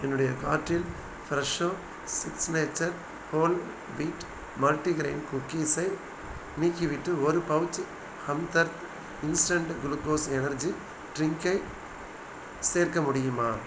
என்னுடைய கார்ட்டில் Fresho signature whole wheat multigrain குக்கீஸை நீக்கிவிட்டு ஒரு pouch Hamdard instant glucose energy டிரிங்க்கை சேர்க்க முடியுமா